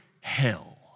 hell